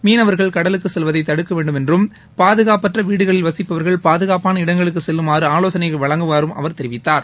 மீனவர்கள் கடலுக்கு செல்வதை தடுக்க வேண்டும் என்றும் பாதுகாப்பற்ற வீடுகளில் வசிப்பவர்கள் பாதுகாப்பான இடங்களுக்கு செல்லுமாறு ஆலோசனைகளை வழங்குமாறும் அவர் தெரிவித்தார்